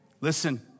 listen